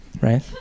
right